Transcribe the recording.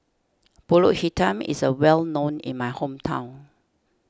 Pulut Hitam is a well known in my hometown